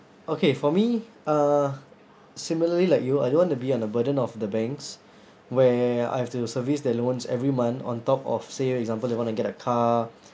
okay for me uh similarly like you I don't want to be on a burden of the banks where I have to service their loans every month on top of say example you want to get a car